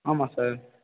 ஆமாம் சார்